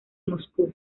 moscú